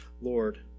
Lord